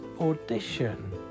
audition